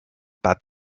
bud